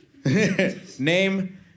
Name